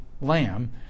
Lamb